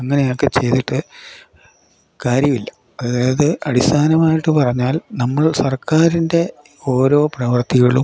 അങ്ങനെയൊക്കെ ചെയ്തിട്ട് കാര്യമില്ല അതായത് അടിസ്ഥാനമായിട്ട് പറഞ്ഞാൽ നമ്മൾ സർക്കാരിൻ്റെ ഓരോ പ്രവർത്തികളും